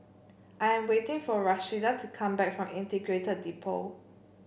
I am waiting for Rashida to come back from Integrated Depot